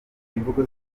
imvugo